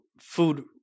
food